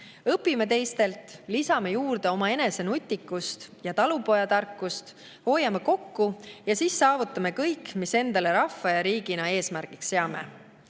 Õpime teistelt, lisame juurde omaenese nutikust ja talupojatarkust, hoiame kokku ja siis saavutame kõik, mis endale rahva ja riigina eesmärgiks seame.